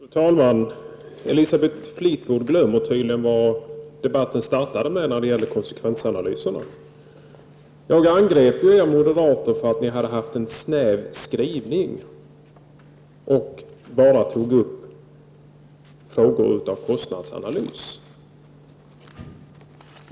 Fru talman! Elisabeth Fleetwood glömmer tydligen vad debatten startade med när det gäller konsekvensanalyserna. Jag angrep er moderater för att ni hade en snäv skrivning och bara tog upp frågor utan kostnadsanalys.